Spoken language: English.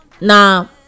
now